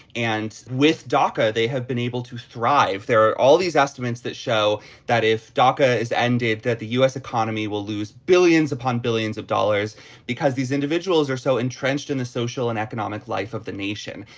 and with daca they have been able to thrive. there are all these estimates that show that if daca is ended that the u s. economy will lose billions upon billions of dollars because these individuals are so entrenched in the social and economic life of the nation.